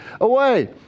away